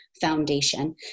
foundation